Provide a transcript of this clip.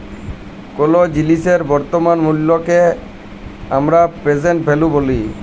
কোলো জিলিসের বর্তমান মুল্লকে হামরা প্রেসেন্ট ভ্যালু ব্যলি